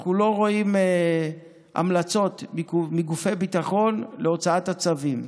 אנחנו לא רואים המלצות מגופי ביטחון להוצאת הצווים.